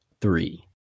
three